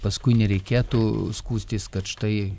paskui nereikėtų skųstis kad štai